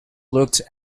looked